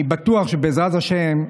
אני בטוח שבעזרת השם,